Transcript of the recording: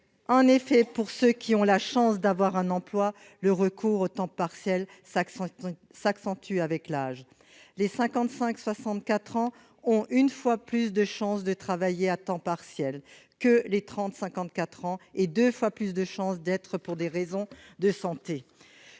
En effet, pour ceux qui ont la chance d'avoir un emploi, le recours au temps partiel s'accentue avec l'âge. Les 55-64 ans ont 1,5 fois plus de chances de travailler à temps partiel que les 30-54 ans et 2 fois plus de chances que ce soit pour des raisons de santé.